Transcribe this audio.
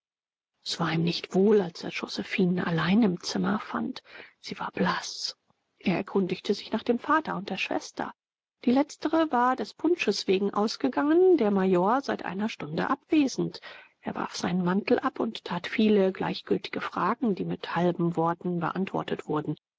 es war ihm nicht wohl als er josephinen allein im zimmer fand sie war blaß er erkundigte sich nach dem vater und der schwester die letztere war des punsches wegen ausgegangen der major seit einer stunde abwesend er warf seinen mantel ab und tat viele gleichgültige fragen die mit halben worten beantwortet wurden